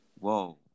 whoa